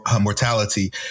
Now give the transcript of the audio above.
mortality